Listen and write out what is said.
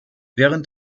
während